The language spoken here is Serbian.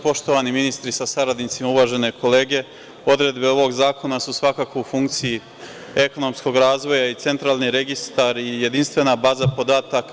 Poštovani ministri sa saradnicima, uvažene kolege, odredbe ovog zakona su svakako u funkciji ekonomskog razvoja i Centralni registar je jedinstvena baza podataka.